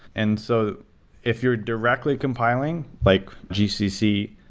and so if you're directly compiling, like gcc,